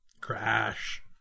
Crash